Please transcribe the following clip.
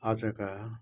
आजका